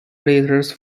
letters